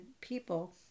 people